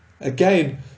Again